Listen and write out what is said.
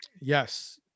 yes